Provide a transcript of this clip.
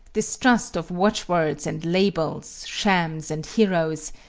distrust of watchwords and labels, shams and heroes,